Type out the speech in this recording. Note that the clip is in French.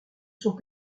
sont